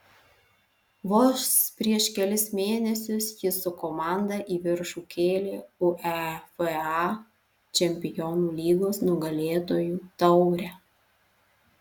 vos prieš kelis mėnesius jis su komanda į viršų kėlė uefa čempionų lygos nugalėtojų taurę